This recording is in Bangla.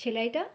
সেলাইটা